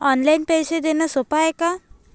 Online पैसे देण सोप हाय का?